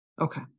Okay